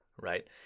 right